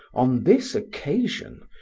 on this occasion,